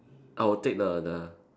I will take the the